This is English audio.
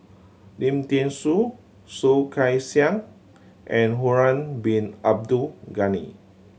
Lim Thean Soo Soh Kay Siang and Harun Bin Abdul Ghani